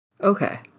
Okay